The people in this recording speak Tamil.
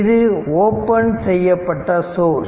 இது ஓபன் செய்யப்பட்ட சோர்ஸ்